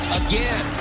again